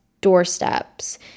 doorsteps